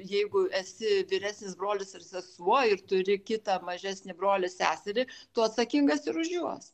jeigu esi vyresnis brolis ir sesuo ir turi kitą mažesnį brolį seserį tu atsakingas ir už juos